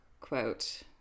quote